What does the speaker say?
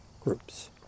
groups